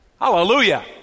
Hallelujah